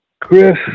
Chris